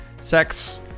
Sex